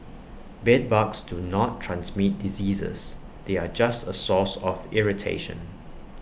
bedbugs do not transmit diseases they are just A source of irritation